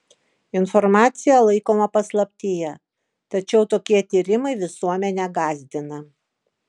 informacija laikoma paslaptyje tačiau tokie tyrimai visuomenę gąsdina